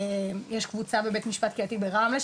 יש קבוצה בבית משפט קהילתי ברמלה,